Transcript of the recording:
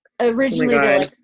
originally